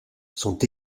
sont